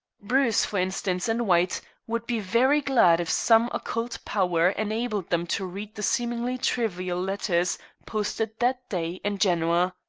bruce, for instance, and white would be very glad if some occult power enabled them to read the seemingly trivial letters posted that day in genoa.